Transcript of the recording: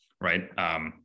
right